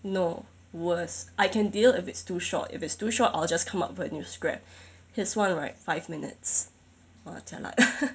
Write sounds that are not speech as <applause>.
no worse I can deal if it's too short if it's too short I'll just come up with a new script his one right five minutes !wah! jialat <laughs>